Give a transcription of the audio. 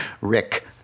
Rick